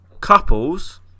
Couples